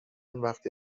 وقتی